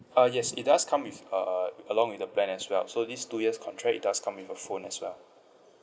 ah yes it does come with uh uh along with the plan as well so this two years contract it does come with a phone as well